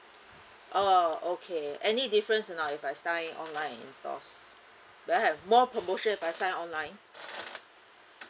orh okay any difference or not if I sign online and in stores will I have more promotion if I sign online